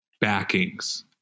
backings